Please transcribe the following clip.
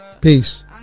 Peace